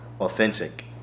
authentic